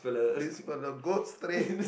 this fellow go straight